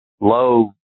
low